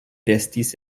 restis